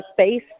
space